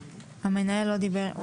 וואו, המנהל לא דיבר.